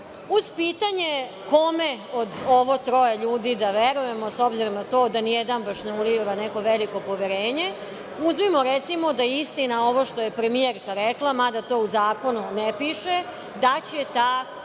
pitanje – kome od ovo troje ljudi da verujemo, s obzirom na to da nijedan baš ne uliva neko veliko poverenje, uzmimo, recimo, da je istina ovo što je premijerka rekla, mada to u zakonu ne piše, da će ta